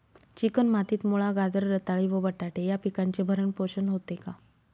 Chicken मातीत मुळा, गाजर, रताळी व बटाटे या पिकांचे भरण पोषण होते का?